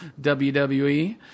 WWE